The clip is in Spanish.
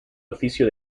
oficio